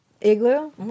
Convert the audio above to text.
igloo